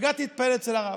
והגעתי להתפלל אצל הרב.